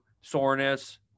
soreness